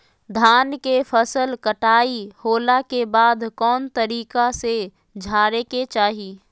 धान के फसल कटाई होला के बाद कौन तरीका से झारे के चाहि?